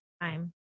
time